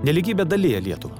nelygybė dalija lietuvą